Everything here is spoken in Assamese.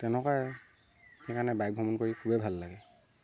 তেনেকুৱাই সেইকাৰণে বাইক ভ্ৰমণ কৰি খুবেই ভাল লাগে